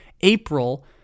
April